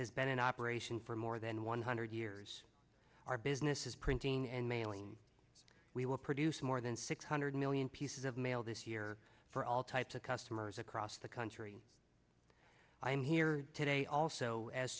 has been in operation for more than one hundred years our business is printing and mailing we will produce more than six hundred million pieces of mail this year for all types of customers across the country i am here today also as